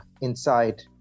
inside